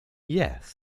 yes